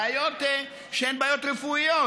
בעיות שהן בעיות רפואיות,